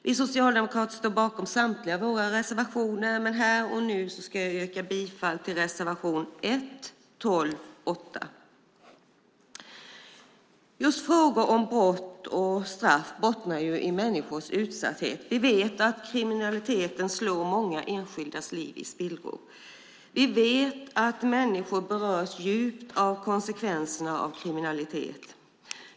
Vi socialdemokrater står bakom samtliga våra reservationer, men här och nu yrkar jag bifall till reservationerna 1, 8 och 12. Just frågor om brott och straff bottnar i människors utsatthet. Vi vet att kriminaliteten slår många enskildas liv i spillror. Vi vet att människor berörs djupt av konsekvenserna av kriminalitet.